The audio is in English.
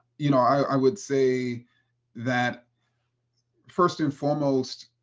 you know i would say that first and foremost,